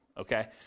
okay